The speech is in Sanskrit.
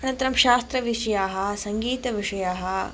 अनन्तरं शास्त्रविषयाः सङ्गीतविषयाः